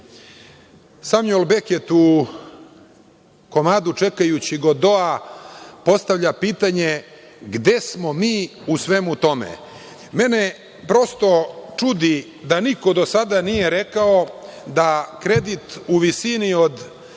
Semjuel Beket u komadu „Čekajući Godoa“ postavlja pitanje – gde smo mi u svemu tome? Mene prosto čudi da niko do sada nije rekao da kredit u visini od